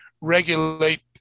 regulate